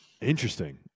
Interesting